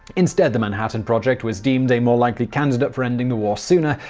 instead, the manhattan project was deemed a more likely candidate for ending the war sooner,